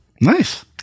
Nice